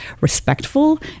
respectful